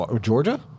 Georgia